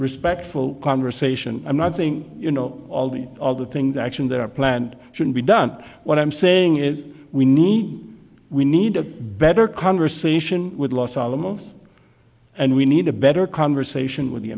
respectful conversation i'm not saying you know all the other things action their planned shouldn't be done what i'm saying is we need we need a better conversation with los alamos and we need a better conversation with the